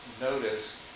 notice